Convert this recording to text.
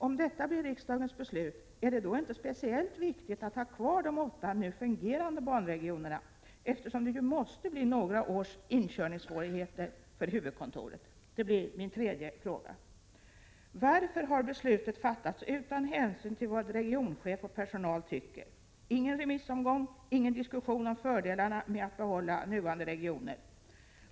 Om detta blir riksdagens beslut, är det då inte speciellt viktigt att ha kvar de åtta nu fungerande banregionerna, eftersom det ju måste blir några års inkörningssvårigheter för huvudkontoret? Det är min tredje fråga. Varför har beslutet fattats utan hänsyn till vad regionchef och personal tycker? Ingen remissomgång, ingen diskussion om fördelarna med att behålla nuvarande regioner!